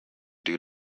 due